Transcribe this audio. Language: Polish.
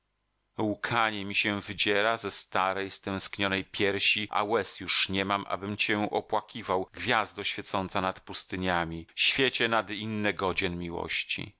mi się wydziera ze starej stęsknionej piersi a łez już nie mam abym cię opłakiwał gwiazdo świecąca nad pustyniami świecie nad inne godzien miłości